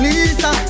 Lisa